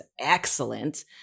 excellent